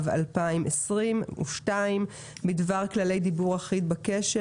התשפ"ב-2022 בדבר כללי דיבור אחיד בקשר